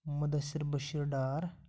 Mudasir Bashir Dar